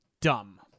dumb